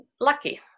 lucky